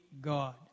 God